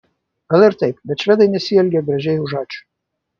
gal ir taip bet švedai nesielgia gražiai už ačiū